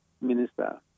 Minister